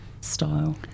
style